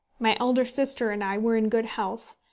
my elder sister and i were in good health,